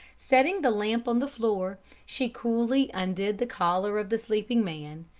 setting the lamp on the floor, she coolly undid the collar of the sleeping man,